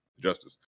justice